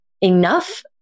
enough